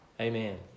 Amen